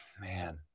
man